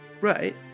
Right